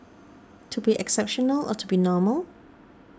to be exceptional or to be normal